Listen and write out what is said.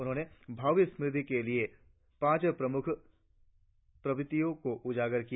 उन्होंने भावी समृद्धि के लिए पांच प्रमुख प्रवत्तियों को उजागर किया